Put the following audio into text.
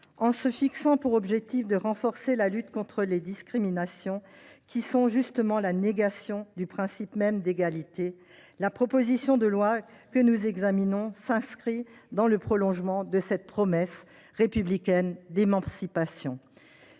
En se fixant pour objectif de renforcer la lutte contre les discriminations, qui sont justement la négation du principe même d’égalité, la proposition de loi que nous examinons s’inscrit dans le prolongement de cette promesse républicaine d’émancipation.